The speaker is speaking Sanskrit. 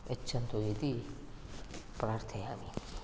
यच्छन्तु इति प्रार्थयामि